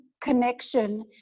connection